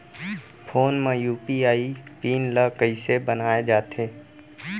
Phone म UPI PIN ल कइसे बनाये जाथे?